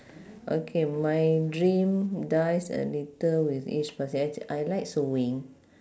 okay my dream dies a little with each pass~ actua~ I like sewing